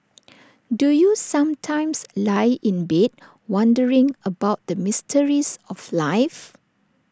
do you sometimes lie in bed wondering about the mysteries of life